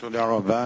תודה רבה,